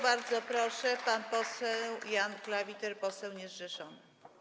Bardzo proszę, pan poseł Jan Klawiter, poseł niezrzeszony.